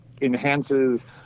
enhances